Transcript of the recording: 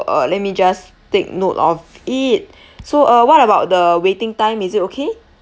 uh let me just take note of it so uh what about the waiting time is it okay